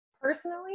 Personally